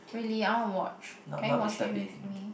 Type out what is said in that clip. really I wanna watch can you watch it with me